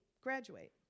graduate